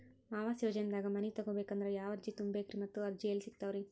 ಆವಾಸ ಯೋಜನೆದಾಗ ಮನಿ ತೊಗೋಬೇಕಂದ್ರ ಯಾವ ಅರ್ಜಿ ತುಂಬೇಕ್ರಿ ಮತ್ತ ಅರ್ಜಿ ಎಲ್ಲಿ ಸಿಗತಾವ್ರಿ?